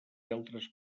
altres